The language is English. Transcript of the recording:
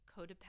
codependent